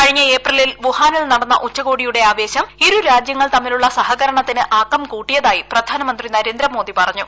കഴിഞ്ഞ ഏപ്രിലിൽ വുഹാനിൽ നടന്ന ഉച്ചകോടിയുടെ ആവേശം ഇരുരാജ്യങ്ങൾ തമ്മിലുള്ള സഹകരണത്തിന് ആക്കം കൂട്ടിയിരട്ടായി പ്രധാനമന്ത്രി നരേന്ദ്രമോദി പറഞ്ഞു